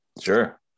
sure